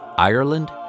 Ireland